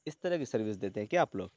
اس طرح کی سروس دیتے ہیں کیا آپ لوگ